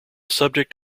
subject